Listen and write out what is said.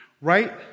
right